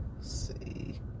see